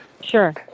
Sure